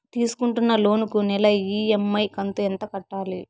తీసుకుంటున్న లోను కు నెల ఇ.ఎం.ఐ కంతు ఎంత కట్టాలి?